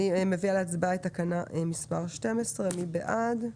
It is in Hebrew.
אני מביאה להצבעה את תקנה מספר 12. מי בעד?